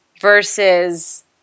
versus